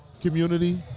community